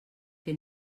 que